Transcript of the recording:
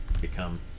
become